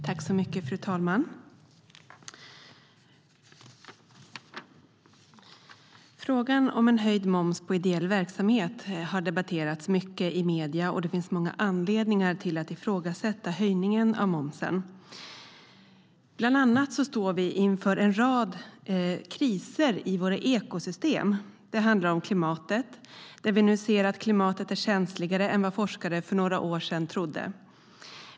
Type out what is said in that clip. Fru talman! Frågan om höjd moms på ideell verksamhet har debatterats mycket i medierna, och det finns många anledningar att ifrågasätta höjningen av momsen. Vi står bland annat inför en rad kriser i våra ekosystem. Det handlar om klimatet, och där ser vi nu att klimatet är känsligare än vad forskare för några år sedan trodde.